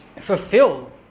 fulfill